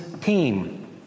team